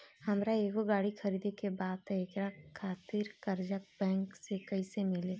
हमरा एगो गाड़ी खरीदे के बा त एकरा खातिर कर्जा बैंक से कईसे मिली?